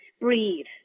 breathe